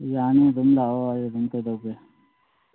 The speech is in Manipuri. ꯌꯥꯅꯤ ꯑꯗꯨꯝ ꯂꯥꯛꯑꯣ ꯑꯩ ꯑꯗꯨꯝ ꯀꯩꯗꯧꯒꯦ